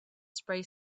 spray